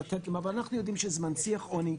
אבל אנחנו יודעים שזה מנציח עוני,